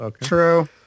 True